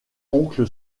oncle